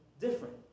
different